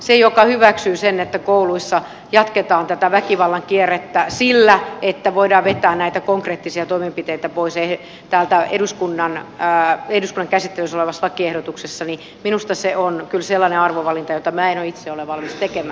se joka hyväksyy sen että kouluissa jatketaan tätä väkivallan kierrettä sillä että voidaan vetää näitä konkreettisia toimenpiteitä pois eduskunnan käsittelyssä olevasta lakiehdotuksesta minusta se on kyllä sellainen arvovalinta jota minä en itse ole valmis tekemään